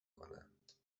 کنند